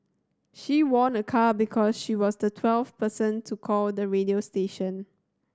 she won a car because she was the twelfth person to call the radio station